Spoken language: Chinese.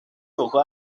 有关